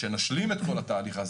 כשנשלים את התהליך,